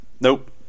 Nope